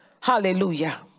hallelujah